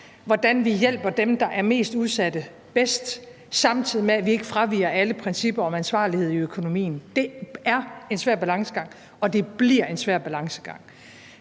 hvordan vi hjælper dem, der er mest udsatte, bedst, samtidig med at vi ikke fraviger alle principper om ansvarlighed i økonomien. Det er en svær balancegang, og det bliver en svær balancegang.